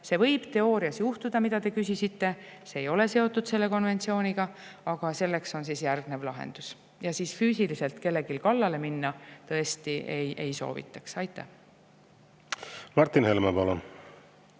see võib teoorias juhtuda, mida te küsisite, see ei ole seotud selle konventsiooniga, aga sellele on lahendus. Ja füüsiliselt kellelegi kallale minna tõesti ei soovitaks. Martin Helme, palun!